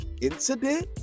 incident